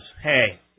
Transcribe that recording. Hey